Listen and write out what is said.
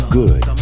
good